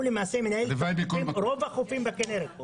והוא מנהל את רוב החופים בכינרת.